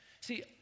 See